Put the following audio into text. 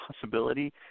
possibility